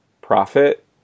profit